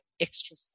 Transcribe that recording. extra